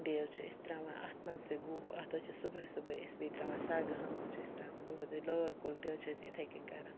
بیٚیہِ حٕظ چھِ أسۍ ترٛاوان اَتھ منٛزتہِ گُہہ اَتھ حٕظ چھِ صُبحٲے صُبحٲے بیٚیہِ أسۍ ترٛاوان سَگہٕ حٕن حٕظ چھِ أسۍ ترٛاوان دُہوے دُہوے لٲر کُل تہِ حٕظ چھُ یِتھٕے کٕنۍ کَران